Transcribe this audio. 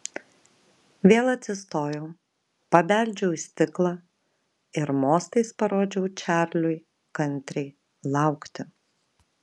vėl atsistojau pabeldžiau į stiklą ir mostais parodžiau čarliui kantriai laukti